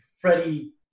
Freddie